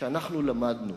שאנחנו למדנו